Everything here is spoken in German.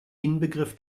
inbegriff